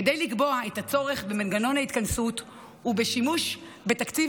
כדי לקבוע את הצורך במנגנון ההתכנסות ובשימוש בתקציב